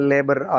Labor